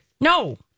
No